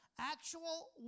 actual